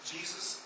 Jesus